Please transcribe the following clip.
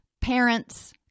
parents